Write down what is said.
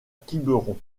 quiberon